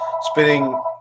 spinning